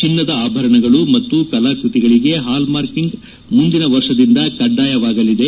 ಚೆನ್ನದ ಆಭರಣಗಳು ಮತ್ತು ಕಲಾಕ್ಪತಿಗಳಿಗೆ ಹಾಲ್ಮಾರ್ಕಿಂಗ್ ಮುಂದಿನ ವರ್ಷದಿಂದ ಕಡ್ಡಾಯವಾಗಲಿದೆ